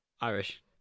Irish